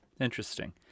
Interesting